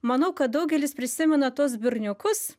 manau kad daugelis prisimena tuos berniukus